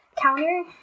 counter